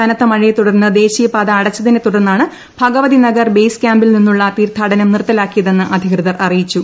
കനത്ത മഴയെ തുടർന്ന് ദേശീയപാത അടച്ചതിനെ തുടർന്നാണ് ഭഗവതിനഗർ ബേസ് ക്യാമ്പിൽ നിന്നുള്ള തീർത്ഥാടനം നിർത്തലാക്കിയതെന്ന് അധികൃതർ അറിയിച്ചു